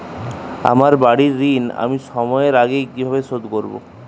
আমার বাড়ীর ঋণ আমি সময়ের আগেই কিভাবে শোধ করবো?